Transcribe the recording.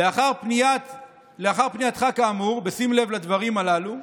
לאחר פנייתך כאמור, בשים לב לדברים הללו,